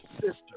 sister